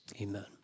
Amen